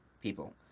people